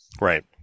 right